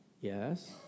Yes